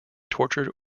tortured